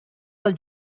del